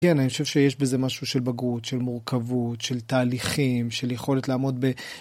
כן, אני חושב שיש בזה משהו של בגרות, של מורכבות, של תהליכים, של יכולת לעמוד ב...